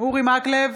אורי מקלב,